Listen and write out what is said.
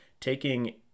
taking